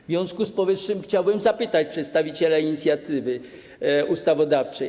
W związku z powyższym chciałbym zapytać przedstawiciela inicjatywy ustawodawczej.